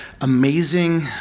amazing